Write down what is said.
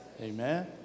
Amen